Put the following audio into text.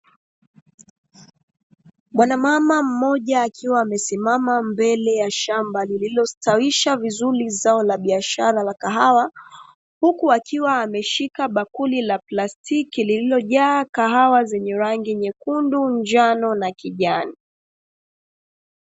Mwanamama mmoja akiwa amesimama mbele ya shamba lililostawisha vizuri zao la biashara la kahawa, huku akiwa ameshika bakuli la plastiki lililo jaa kahawa zenye rangi nykundu, njano na kijani.